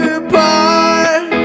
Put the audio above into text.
apart